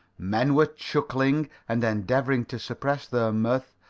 men were chuckling and endeavoring to suppress their mirth,